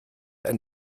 ein